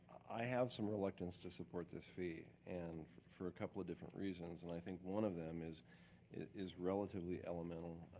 i have some reluctance to support this fee and for a couple of different reasons and i think one of them is is relatively elemental